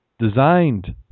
designed